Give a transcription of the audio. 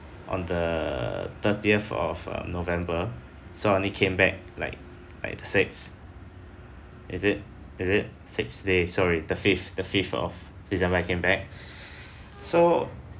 on the thirtieth of um november so I only came back like like the sixth is it is it six days sorry the fifth the fifth of december I came back so